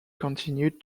continued